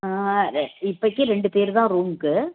இப்போக்கி ரெண்டு பேர் தான் ரூமுக்கு